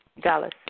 Dallas